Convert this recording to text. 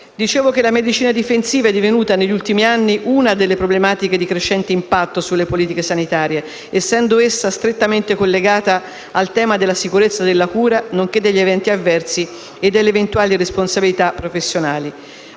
Dicevo che la medicina difensiva è divenuta negli ultimi anni una delle problematiche di crescente impatto sulle politiche sanitarie, essendo essa strettamente collegata al tema della sicurezza della cura, nonché degli eventi avversi e delle eventuali responsabilità professionali.